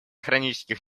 хронических